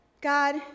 God